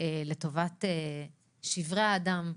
לטובת שברי האדם,